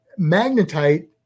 magnetite